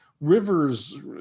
rivers